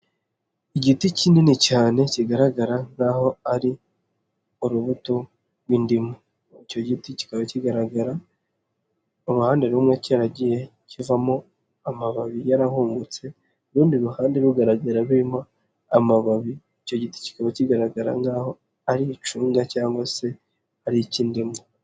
Igiti kinini cyane kigaragara nkaho ari urubuto rw'indimu, icyo giti kikaba kigaragara uruhande rumwe cyaragiye kivamo amababi yarahungutse, urundi ruhande rugaragara birimo amababi, icyo giti kikaba kigaragara nkaho ari icunga cyangwa se ari icy'dimu.